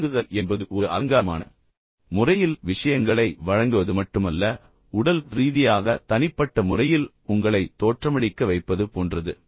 வழங்குதல் என்பது ஒரு அலங்காரமான முறையில் விஷயங்களை வழங்குவது மட்டுமல்ல உடல் ரீதியாக தனிப்பட்ட முறையில் உங்களை தோற்றமளிக்க வைப்பது போன்றது